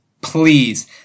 please